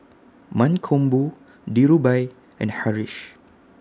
Mankombu Dhirubhai and Haresh